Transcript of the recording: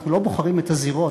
אנחנו לא בוחרים את הזירות,